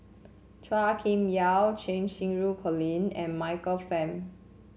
Chua Kim Yeow Cheng Xinru Colin and Michael Fam